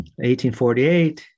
1848